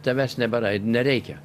tavęs nebėra ir nereikia